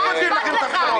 לא גונבים לכם את הבחירות.